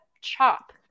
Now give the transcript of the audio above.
chop